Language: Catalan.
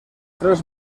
tres